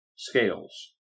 Scales